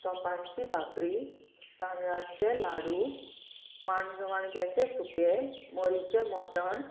तोपांची भाकरी तांदळाचे लाडू माण माणक्याचे सुकें मोरीचें मटण